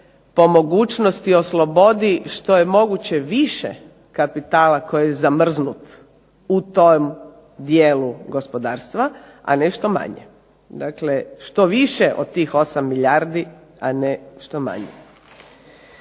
po mogućnosti oslobodi što je moguće više kapitala koji je zamrznut u tom dijelu gospodarstva a nešto manje. Dakle, što više od tih 8 milijardi a ne što manje.